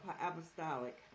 apostolic